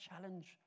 challenge